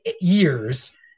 years